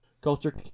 Culture